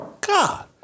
God